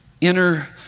inner